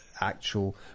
actual